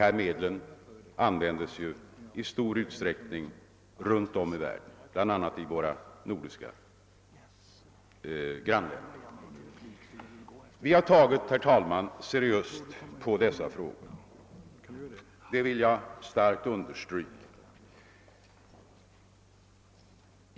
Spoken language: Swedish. Dessa medel används ju i stor utsträckning runt om i världen, bl.a. i våra nordiska grannländer. Vi ser, herr talman, mycket allvarligt på dessa frågor, det vill jag starkt understryka.